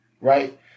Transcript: Right